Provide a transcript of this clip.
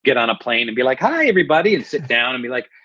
get on a plane and be like, hi, everybody! and sit down and be like,